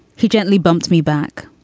he gently bumped me back.